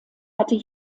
hatte